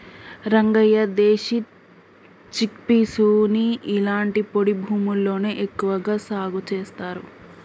రంగయ్య దేశీ చిక్పీసుని ఇలాంటి పొడి భూముల్లోనే ఎక్కువగా సాగు చేస్తారు